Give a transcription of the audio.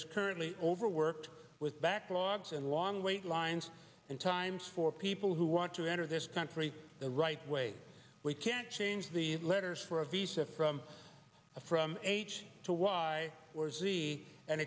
is currently overworked with backlogs and long wait lines and times for people who want to enter this country the right way we can change the letters for a visa from a from a to y or z and